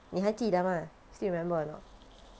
你还记得吗 still remember or not